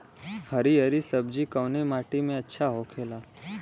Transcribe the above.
हरी हरी सब्जी कवने माटी में अच्छा होखेला?